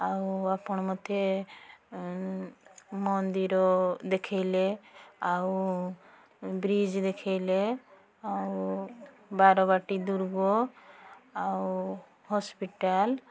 ଆଉ ଆପଣ ମୋତେ ମନ୍ଦିର ଦେଖାଇଲେ ଆଉ ବ୍ରିଜ୍ ଦେଖାଇଲେ ଆଉ ବାରବାଟୀ ଦୁର୍ଗ ଆଉ ହସ୍ପିଟାଲ୍